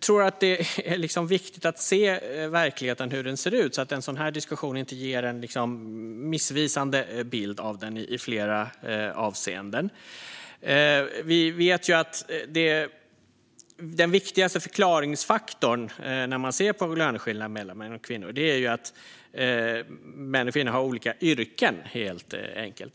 tror att det är viktigt att se verkligheten som den ser ut, så att en sådan här diskussion inte ger en missvisande bild i flera avseenden. Vi vet att den viktigaste förklaringsfaktorn när det gäller löneskillnaderna mellan män och kvinnor är att män och kvinnor helt enkelt har olika yrken.